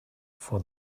for